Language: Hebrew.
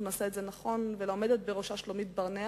כדי שנעשה את זה נכון, ולעומדת בראשה שלומית ברנע.